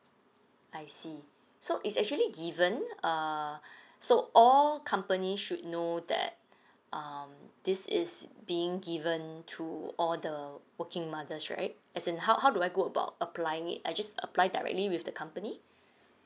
I see so it's actually given uh so all company should know that um this is being given to all the working mothers right as in how how do I go about applying it I just apply directly with the company